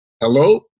hello